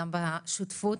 גם בשותפות,